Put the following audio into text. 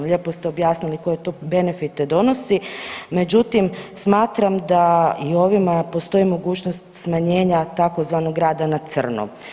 Lijepo ste objasnili koje to benefite donosi, međutim smatram da i ovim postoji mogućnost smanjenja tzv. rada na crno.